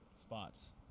Spots